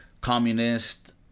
communist